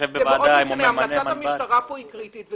המלצת המשטרה פה היא קריטית.